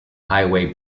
highway